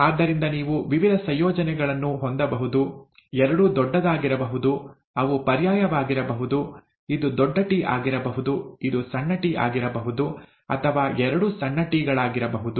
ಆದ್ದರಿಂದ ನೀವು ವಿವಿಧ ಸಂಯೋಜನೆಗಳನ್ನು ಹೊಂದಬಹುದು ಎರಡೂ ದೊಡ್ಡದಾಗಿರಬಹುದು ಅವು ಪರ್ಯಾಯವಾಗಿರಬಹುದು ಇದು ದೊಡ್ಡ ಟಿ ಆಗಿರಬಹುದು ಇದು ಸಣ್ಣ ಟಿ ಆಗಿರಬಹುದು ಅಥವಾ ಎರಡೂ ಸಣ್ಣ ಟಿ ಗಳಾಗಿರಬಹುದು